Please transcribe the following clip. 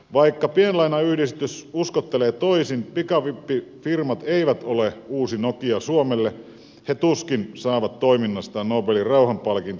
vaikka pienlainayhdistys uskottelee toisin pikavippifirmat eivät ole uusi nokia suomelle he tuskin saavat toiminnastaan nobelin rauhanpalkintoa